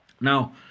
now